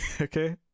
Okay